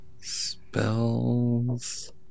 spells